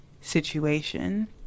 situation